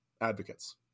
advocates